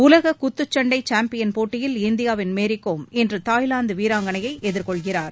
உலக குத்துச்சண்டை சாம்பியன் போட்டியில் இந்தியாவின் மேரி கோம் இன்று தாய்லாந்து வீராங்கணையை எதிர்கொள்கிறார்